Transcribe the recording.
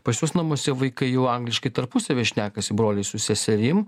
pas juos namuose vaikai jau angliškai tarpusavyje šnekasi broliai su seserim